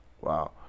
Wow